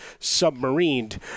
submarined